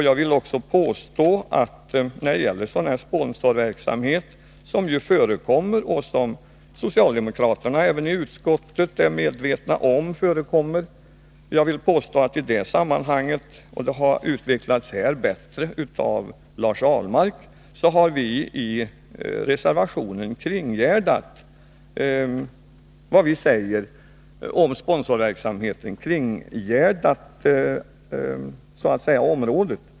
Jag vill också påstå att när det gäller den sponsorverksamhet som förekommer — även socialdemokraterna i utskottet är medvetna om att den förekommer — har vi med vårt uttalande i reservationen, vars tankegångar här har utvecklats bättre av Lars Ahlmark, kringgärdat sponsorverksamhetens område.